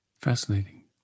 fascinating